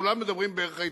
כולם מדברים בערך ההתנדבות.